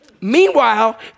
Meanwhile